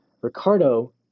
Ricardo